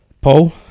Paul